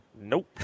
Nope